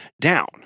down